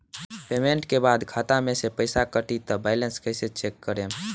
Payment के बाद खाता मे से पैसा कटी त बैलेंस कैसे चेक करेम?